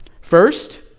First